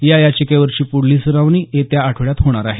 या याचिकेवरची पुढली सुनावणी येत्या आठवड्यात होणार आहे